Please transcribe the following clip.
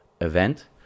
event